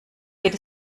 geht